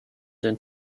than